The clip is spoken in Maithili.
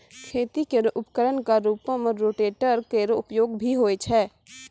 खेती केरो उपकरण क रूपों में रोटेटर केरो उपयोग भी होय छै